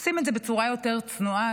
עושים את זה בצורה יותר צנועה,